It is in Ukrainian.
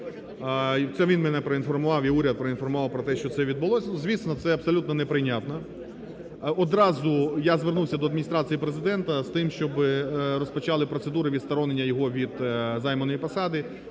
це він мене проінформував і уряд проінформував про те, що це відбулося. Звісно, це абсолютно не прийнятно. Одразу я звернувся до Адміністрації Президента з тим, щоб розпочали процедури відсторонення його від займаної посади,